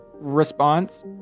response